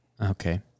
Okay